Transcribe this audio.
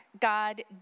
God